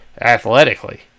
athletically